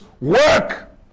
Work